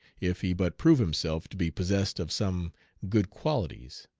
if he but prove himself to be possessed of some good qualities.